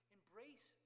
Embrace